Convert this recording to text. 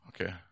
Okay